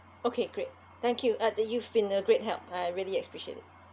okay great thank you uh that you've been a great help I really appreciate it